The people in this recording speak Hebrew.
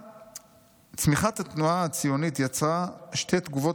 "צמיחת התנועה הציונית יצרה שתי תגובות